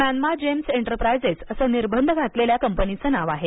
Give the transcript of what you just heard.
Myanmar gems enterprises असं निर्बंध घातलेल्या कंपनीचं नाव आहे